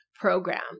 program